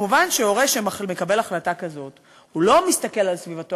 מובן שהורה שמקבל החלטה כזאת לא מסתכל על סביבתו